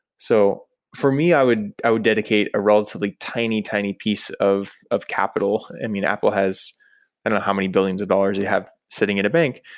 so, for me, i would i would dedicate a relatively tiny, tiny piece of of capital. i mean, apple has i don't know how many billions of dollars they have sitting in a bank.